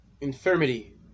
infirmity